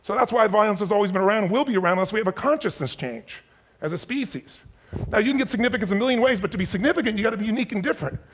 so that's why violence has always been around, will be around unless we have a consciousness change as a species. now you can get significance a million ways, but to be significant you gotta be unique and different.